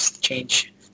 change